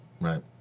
Right